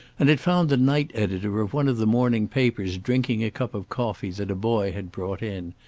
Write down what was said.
and it found the night editor of one of the morning papers drinking a cup of coffee that a boy had brought in,